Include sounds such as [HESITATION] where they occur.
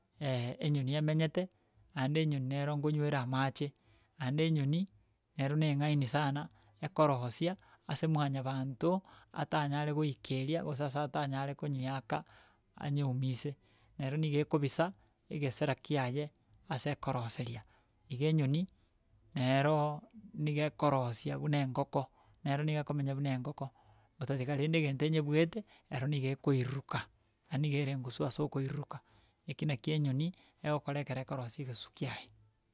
[HESITATION] enyoni emenyete, aende enyoni nero nkonywere amache, aende enyoni, ero na eng'aini sana ekorosia, ase mwanyabanto atanyare goikeria, gose ase atanyare konyeaka anyeumise, nero nigo ekobisa egesara kiaye ase ekoroseria. Iga enyoni, nerooo niga ekorosia buna engoko, nero niga ekomenya buna engoko, otatiga rende egento enyebuete ero niga ekoiruruka, yaani iga ere engusu ase okoiruruka, eki naki enyoni egokora ekero ekorosia egesu kiaye.